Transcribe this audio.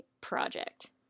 project